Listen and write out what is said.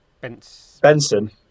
Benson